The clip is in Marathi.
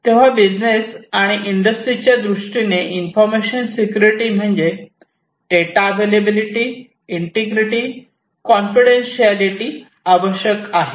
तेव्हा बिजनेस आण इंडस्ट्रीच्या दृष्टीने इंफॉर्मेशन सिक्युरिटी म्हणजे डेटा अवेलेबिलिटी इंटिग्रिटी कॉन्फिडन्ससीएलेटी आवश्यक आहे